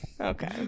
Okay